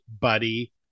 buddy